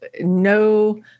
no